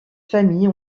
famille